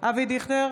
אבי דיכטר